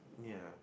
ya